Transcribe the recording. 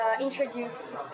introduce